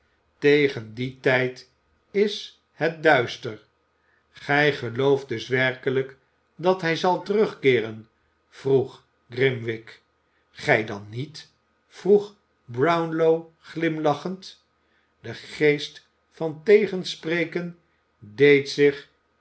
tegen dien tijd is het duister gij gelooft dus werkelijk dat hij zal terugkeeren vroeg grimwig gij dan niet vroeg brownlow glimlachend de geest van tegenspreken deed zich